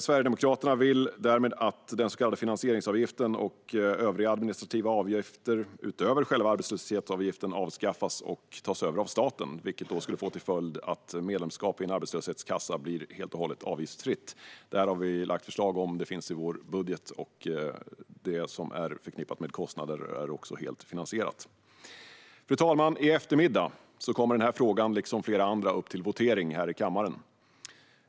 Sverigedemokraterna vill därmed att den så kallade finansieringsavgiften och övriga administrativa avgifter, utöver själva arbetslöshetsavgiften, avskaffas och tas över av staten. Det skulle få till följd att medlemskap i en arbetslöshetskassa blir helt och hållet avgiftsfritt. Vi har lagt fram förslag om det. Det finns med i vår budget, och det som är förknippat med kostnader är helt finansierat. Fru talman! I eftermiddag kommer denna fråga, liksom flera andra, upp till votering här i kammaren.